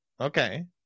Okay